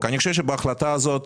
אני חושב שבהחלטה הזאת